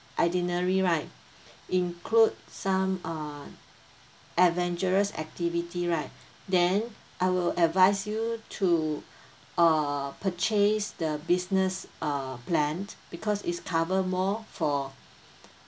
itinerary right include some uh adventurous activity right then I will advise you to err purchase the business uh plan because is cover more for